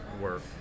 work